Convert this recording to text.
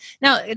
Now